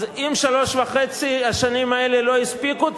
אז אם שלוש וחצי השנים האלה לא הספיקו,